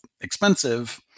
expensive